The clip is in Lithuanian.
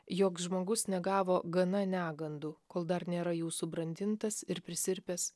joks žmogus negavo gana negandų kol dar nėra jūsų brandintas ir prisirpęs